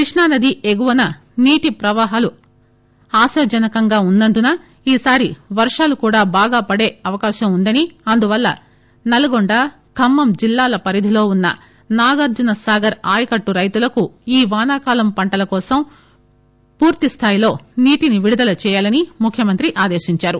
కృష్ణానది ఎగువన నీటి ప్రవాహాలు ఆశాజనకంగా ఉన్నందున ఈసారి వర్షాలు కూడా బాగాపడే అవకాశం ఉందని అందువల్ల నల్లగొండ ఖమ్మం జిల్లాల పరిదిలో ఉన్న నాగార్జున సాగర్ ఆయకట్టు రైతులకు ఈ వానాకాలం పంటలకోసం పూర్తి స్థాయిలో నీటిని విడుదల చేయాలని ముఖ్యమంత్రి ఆదేశించారు